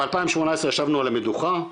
ב-2018 ישבנו על המדוכה,